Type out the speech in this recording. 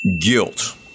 guilt